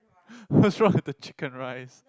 what's wrong with the chicken rice